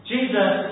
Jesus